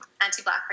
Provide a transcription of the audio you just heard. anti-Black